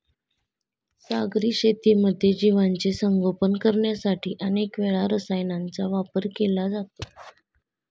सागरी शेतीमध्ये जीवांचे संगोपन करण्यासाठी अनेक वेळा रसायनांचा वापर केला जातो